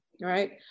right